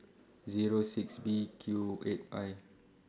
Zero six B Q eight I